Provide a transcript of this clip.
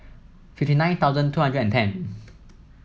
fifty nine thousand two hundred and ten